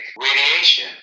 radiation